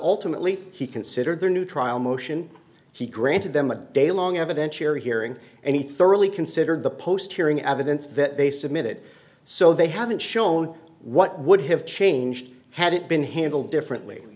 ultimately he considered their new trial motion he granted them a daylong evidentiary hearing and he thoroughly considered the post hearing evidence that they submitted so they haven't shown what would have changed had it been handled differently